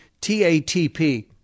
TATP